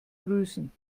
grüßen